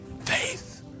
faith